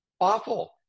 awful